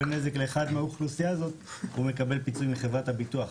נזק לאחד מהאוכלוסייה הזאת הוא מקבל פיצוי מחברת הביטוח.